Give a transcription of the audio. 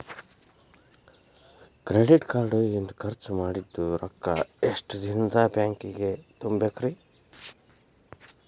Credit card ಇಂದ್ ಖರ್ಚ್ ಮಾಡಿದ್ ರೊಕ್ಕಾ ಎಷ್ಟ ದಿನದಾಗ್ ಬ್ಯಾಂಕಿಗೆ ತುಂಬೇಕ್ರಿ?